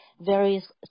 various